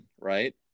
Right